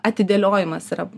atidėliojimas yra